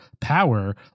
power